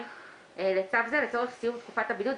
1(2) לצו זה לצורך סיום תקופת הבידוד.